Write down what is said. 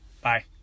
Bye